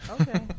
Okay